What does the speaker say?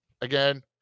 Again